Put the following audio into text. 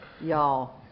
y'all